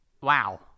Wow